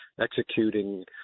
executing